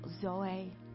Zoe